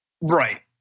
right